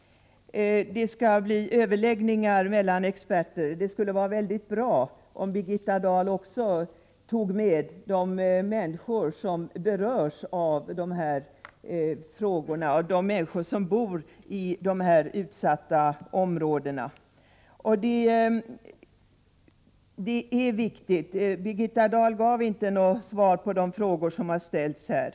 Det skall bli överläggningar mellan experter, säger statsrådet. Det skulle vara väldigt bra om Birgitta Dahl också tog med företrädare för de människor som berörs av de här frågorna, de människor som bor i de utsatta områdena. Birgitta Dahl gav inte något svar på de frågor som har ställts här.